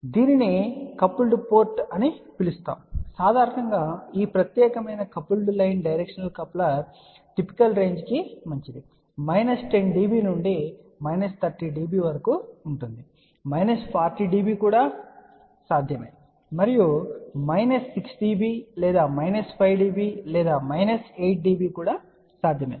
కాబట్టి దీనిని coupled port అని పిలుస్తారు మరియు సాధారణంగా ఈ ప్రత్యేకమైన coupled line directional coupler typical range కి మంచిది మైనస్ 10 dB నుండి మైనస్ 30 dB వరకు ఉంటుంది మైనస్ 40 dB సాధ్యమే మరియు మైనస్ 6 dB లేదా మైనస్ 5 dB లేదా మైనస్ 8 dB కూడా సాధ్యమే